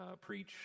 preach